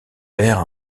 perd